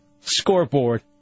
Scoreboard